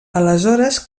aleshores